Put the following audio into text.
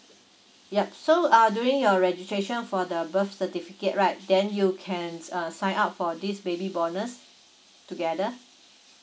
yup so uh during your registration for the birth certificate right then you can uh sign up for this baby bonus together